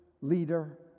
leader